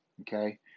okay